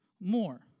more